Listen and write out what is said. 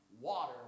water